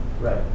Right